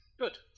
Good